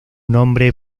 nombre